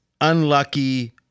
unlucky